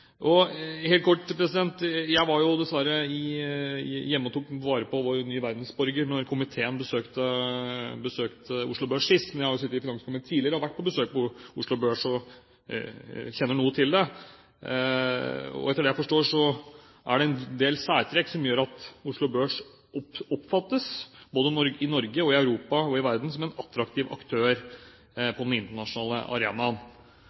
Helt kort: Jeg var hjemme og tok vare på vår nye verdensborger da komiteen besøkte Oslo Børs sist. Men jeg har jo tidligere mens jeg har sittet i finanskomiteen, vært på besøk ved Oslo Børs og kjenner noe til det. Etter det jeg forstår, er det en del særtrekk som gjør at Oslo Børs oppfattes – både i Norge, i Europa og i verden – som en attraktiv aktør på den internasjonale arenaen.